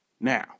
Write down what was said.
Now